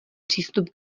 přístup